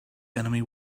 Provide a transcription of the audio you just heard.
enemy